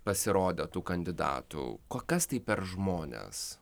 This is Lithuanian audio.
pasirodė tų kandidatų ko kas tai per žmonės